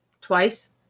twice